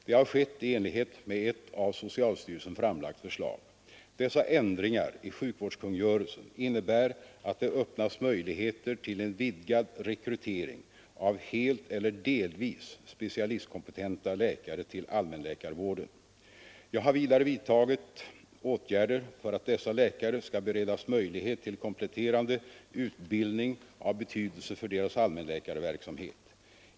Det har skett i enlighet med ett av socialstyrelsen framlagt förslag. Dessa ändringar i sjukvårdskungörelsen innebär att det öppnas möjligheter till en vidgad rekrytering av helt eller delvis specialistkompetenta läkare till allmänläkarvården. Jag har vidare vidtagit åtgärder för att dessa läkare skall beredas möjlighet till kompletterande utbildning av betydelse för deras allmänläkarverksamhet.